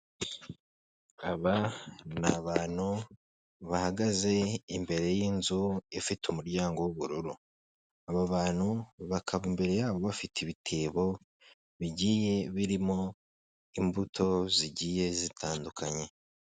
Aba ni abantu bahagaze imbere y'inzu ifite umuryango w'ubururu, aba bantu bakava imbere yabo bafite ibitebo bigiye birimo imbuto zigiye zitandukanye.